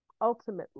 Ultimately